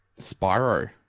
Spyro